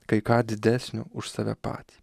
kai ką didesnio už save patį